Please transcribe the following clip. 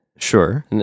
Sure